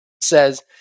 says